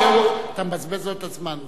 אתה מבזבז לו את הזמן.